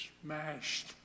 smashed